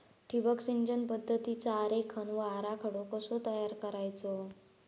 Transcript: ठिबक सिंचन पद्धतीचा आरेखन व आराखडो कसो तयार करायचो?